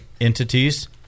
entities